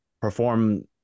perform